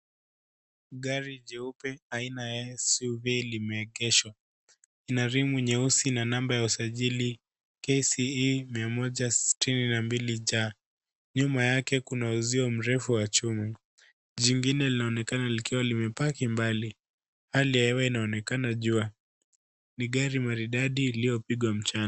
Gari jeupe aina ya SUV limeegeshwa. Lina rimu nyeusi na namba ya usajili KCE mia moja sitini na mbili C. Nyuma yake kuna uzio mrefu wa chuma. Jingine linaonekana likiwa limepaki mbali. Hali ya hewa inaonekana jua. Ni gari maridadi iliyopigwa mcha...